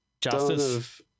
Justice